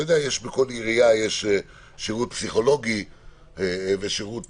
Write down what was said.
בכל עירייה יש שירות פסיכולוגי ושירות